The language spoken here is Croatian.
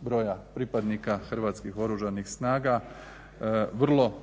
broja pripadnika Hrvatskih oružanih snaga vrlo